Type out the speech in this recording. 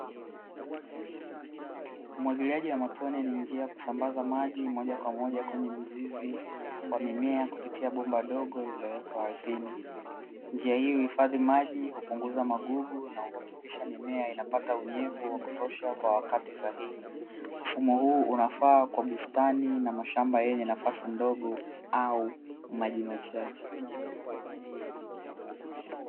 Umwagiliaji wa matone ni njia ya kusambaza maji moja kwa moja kwenye mzizi wa mimea kupitia bomba dogo lililowekwa ardhini, njia hii huhifadhi maji hupunguza magugu na kuhakikisha mimea inapata unyevu wa kutosha kwa wakati sahihi mfumo huu unafaa kwa bustani na mashamba yenye nafasi ndogo au maji machache.